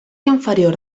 inferior